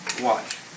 Watch